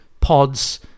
pods